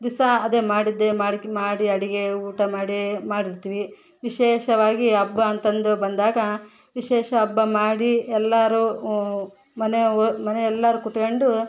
ದಿವಸ ಅದೇ ಮಾಡಿದ್ದೇ ಮಾಡಿಕ್ ಮಾಡಿ ಅಡುಗೆ ಊಟ ಮಾಡಿ ಮಾಡಿರ್ತೀವಿ ವಿಶೇಷವಾಗಿ ಹಬ್ಬ ಅಂತ ಅಂದು ಬಂದಾಗ ವಿಶೇಷ ಹಬ್ಬ ಮಾಡಿ ಎಲ್ಲರೂ ಮನೇವ್ರ್ ಮನೆ ಎಲ್ಲಾರು ಕುತ್ಕಂಡು